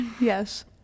Yes